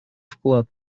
вклад